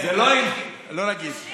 זה לא, לא, אל תגיד.